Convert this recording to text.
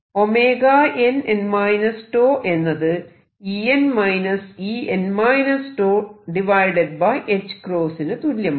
nn τ എന്നത് En En τℏ നു തുല്യമാണ്